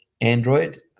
android